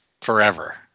forever